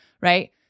right